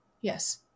Yes